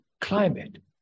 climate